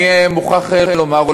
אני מוכרח לומר,